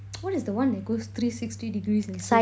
what is the one that goes three sixty degrees ah so~